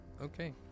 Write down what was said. Okay